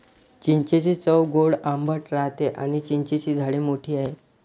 चिंचेची चव गोड आंबट राहते आणी चिंचेची झाडे मोठी आहेत